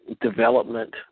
development